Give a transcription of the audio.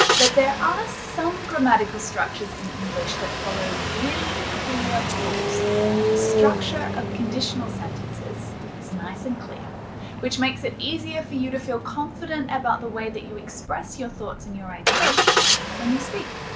but there are some grammatical structures in english that follow really clear rules and the structure of conditional sentences is nice and clear which makes it easier for you to feel confident about the way that you express your thoughts and your ideas when you speak.